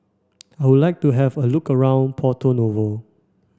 I would like to have a look around Porto Novo